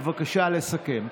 בבקשה לסכם.